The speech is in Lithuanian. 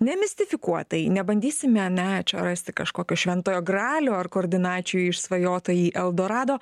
ne mistifikuotai nebandysim ne čia rasti kažkokio šventojo gralio ar koordinačių išsvajotąjį eldorado